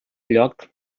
lloc